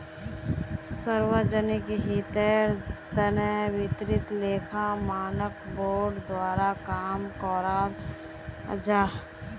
सार्वजनिक हीतेर तने वित्तिय लेखा मानक बोर्ड द्वारा काम कराल जाहा